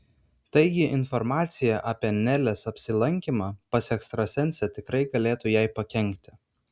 taigi informacija apie nelės apsilankymą pas ekstrasensę tikrai galėtų jai pakenkti